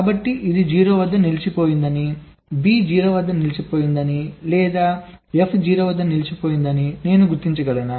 కాబట్టి ఇది 0 వద్ద నిలిచిపోయిందని బి 0 వద్ద నిలిచిపోయిందని లేదా ఎఫ్ 0 వద్ద నిలిచిపోయిందని నేను గుర్తించగలనా